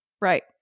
Right